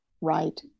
right